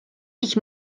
ich